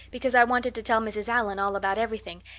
because i wanted to tell mrs. allan all about everything,